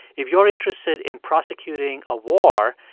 if you're interested in prosecuting a war,